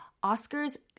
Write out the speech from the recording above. Oscars